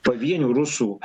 pavienių rusų